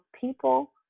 people